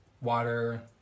water